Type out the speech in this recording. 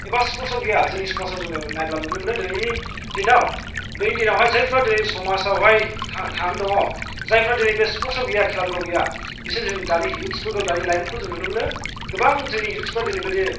एबा स्पर्ट्साव गैया जोंनि समाजाव जोंना नायोब्ला नुनो मोनो दिनैनि दिनाव दिनैनि दिनावहाय जायफ्रा दिनै समाजावहाय थांनानै दङ जायफ्रा दिनै बे स्पर्ट्सआव गैया खेला दुलायाव गैया बिसोर जों दानि इउथ्सफोरखौ दानि लाइमोनफोरखौ जों नुनो मोनो गोबां जोंनि इउथ्सफ्रा दिनै बेबायदि